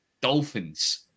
Dolphins